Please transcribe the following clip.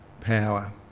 power